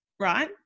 right